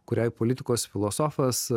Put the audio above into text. kuriai politikos filosofas